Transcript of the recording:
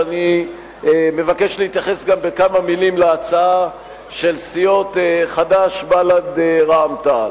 אני מבקש להתייחס בכמה מלים גם להצעה של סיעות חד"ש בל"ד רע"ם-תע"ל.